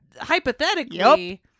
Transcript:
Hypothetically